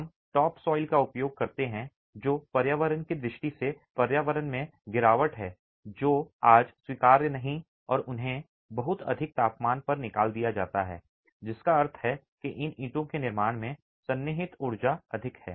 हम topsoil का उपयोग करते हैं जो पर्यावरण की दृष्टि से पर्यावरण में गिरावट है जो आज स्वीकार्य नहीं है और उन्हें बहुत अधिक तापमान पर निकाल दिया जाता है जिसका अर्थ है कि इन ईंटों के निर्माण में सन्निहित ऊर्जा अधिक है